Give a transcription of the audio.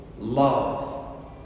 Love